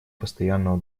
постоянного